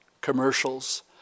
commercials